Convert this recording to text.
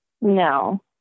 No